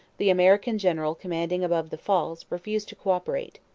the american general commanding above the falls, refused to co-operate.